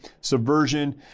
subversion